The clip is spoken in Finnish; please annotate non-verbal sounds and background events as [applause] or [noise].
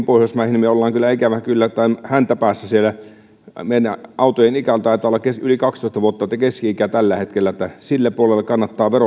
[unintelligible] pohjoismaihin niin me olemme ikävä kyllä siellä häntäpäässä autojen keski ikä taitaa olla yli kaksitoista vuotta tällä hetkellä niin että sille puolelle kannattaa